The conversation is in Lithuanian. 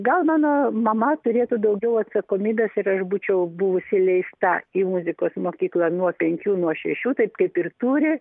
gal mano mama turėtų daugiau atsakomybės ir aš būčiau buvusi leista į muzikos mokyklą nuo penkių nuo šešių taip kaip ir turi